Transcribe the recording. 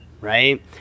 right